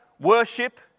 worship